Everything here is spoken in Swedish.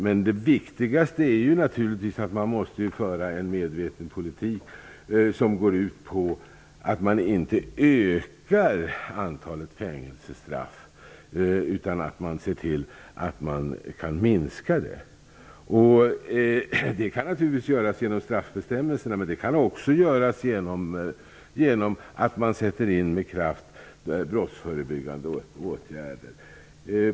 Men det viktigaste är naturligtvis att man för en medveten politik som går ut på att minska antalet fängelsestraff, inte öka det. Det kan naturligtvis göras genom straffbestämmelserna, men det kan också göras genom att man med kraft sätter in brottsförebyggande åtgärder.